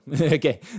Okay